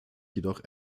jedoch